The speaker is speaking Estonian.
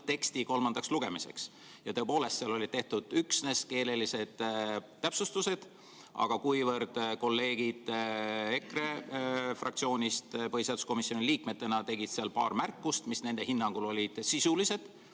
lõppteksti kolmandaks lugemiseks. Ja tõepoolest, seal olid tehtud üksnes keelelised täpsustused. Aga kuivõrd kolleegid EKRE fraktsioonist põhiseaduskomisjoni liikmetena tegid seal paar märkust, mis nende hinnangul olid sisulised